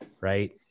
Right